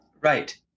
Right